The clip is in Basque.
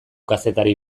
kazetari